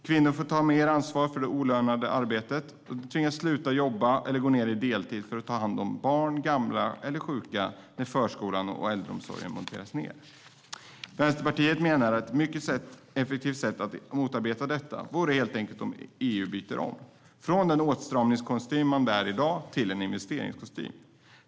Kvinnor får ta mer ansvar för det oavlönade arbetet. De tvingas sluta jobba eller gå ned på deltid för att ta hand om barn, gamla eller sjuka när förskolan och äldreomsorgen monteras ned. Vänsterpartiet menar att ett mycket effektivt sätt att motarbeta detta skulle vara att EU helt enkelt byter om från dagens åtstramningskostym till en investeringskostym.